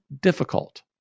difficult